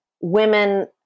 women